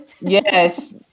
yes